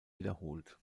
wiederholt